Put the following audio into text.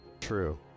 True